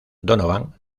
donovan